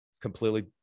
completely